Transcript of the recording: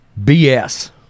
BS